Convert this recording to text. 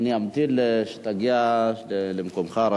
אמתין שתגיע למקומך.